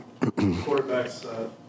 Quarterbacks